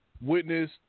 witness